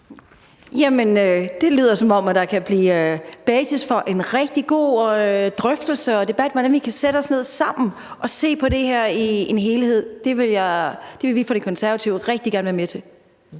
det lyder, som om der kan blive basis for en rigtig god drøftelse og debat, hvor vi nemlig kan sætte os ned sammen og se på det her i en helhed. Det vil vi fra De Konservative rigtig gerne være med til.